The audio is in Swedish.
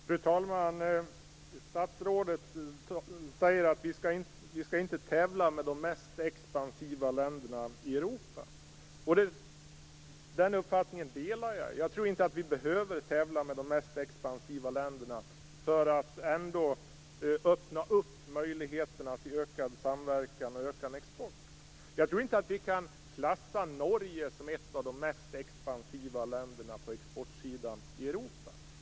Fru talman! Statsrådet säger att vi inte skall tävla med de mest expansiva länderna i Europa. Den uppfattningen delar jag. Jag tror inte att vi behöver tävla med de mest expansiva länderna. Vi kan ändå öppna möjligheterna till ökad samverkan och ökad export. Jag tror inte att vi kan klassa Norge som ett av de mest expansiva länderna i Europa när det gäller exportsidan.